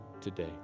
today